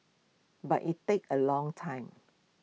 but IT takes A long time